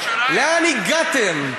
לאן הגעתם?